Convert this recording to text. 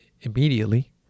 immediately